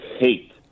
hate